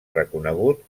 reconegut